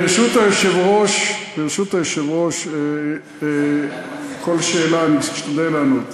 ברשות היושב-ראש, על כל שאלה אני אשתדל לענות.